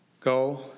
go